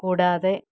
കൂടാതെ